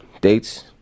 dates